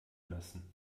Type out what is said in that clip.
lassen